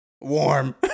warm